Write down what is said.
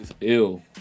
ill